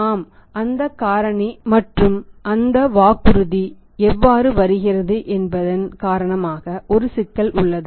ஆம் அந்த வரி காரணி மற்றும் அந்த வாக்குறுதி எவ்வாறு வருகிறது என்பதன் காரணமாக ஒரு சிக்கல் உள்ளது